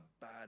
bad